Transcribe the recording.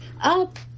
up